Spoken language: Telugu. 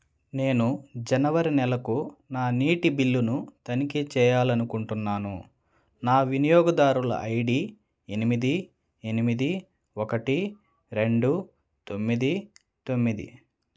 నేను జనవరి నెలకు నా నీటి బిల్లును తనిఖీ చెయ్యాలనుకుంటున్నాను నా వినియోగదారుల ఐడీ ఎనిమిది ఎనిమిది ఒకటి రెండు తొమ్మిది తొమ్మిది